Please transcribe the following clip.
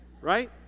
Right